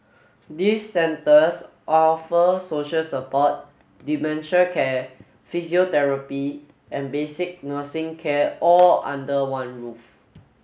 these centres offer social support dementia care physiotherapy and basic nursing care all under one roof